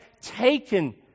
taken